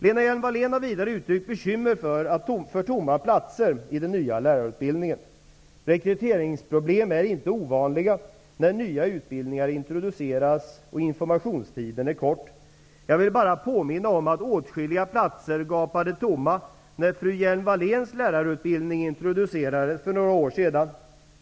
Lena Hjelm-Wallén har vidare uttryckt bekymmer för tomma platser i den nya lärarutbildningen. Rekryteringsproblem är inte ovanliga när nya utbildningar introduceras och informationstiden är kort. Jag vill bara påminna om att åtskilliga platser gapade tomma när fru Hjelm-Walléns lärarutbildning introducerades för några år sedan.